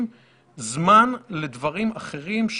בחודשים האחרונים אני רואה בזה את הכי קטן.